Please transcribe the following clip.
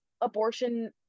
abortion